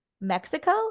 Mexico